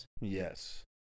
Yes